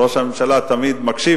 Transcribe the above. ראש הממשלה הרי תמיד מקשיב,